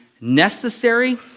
necessary